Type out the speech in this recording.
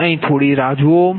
બસ અહીં જ થોડી રાહ જુઓ